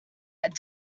that